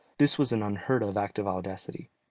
this was an unheard-of act of audacity,